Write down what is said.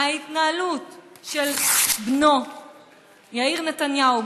של יאיר נתניהו,